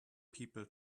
people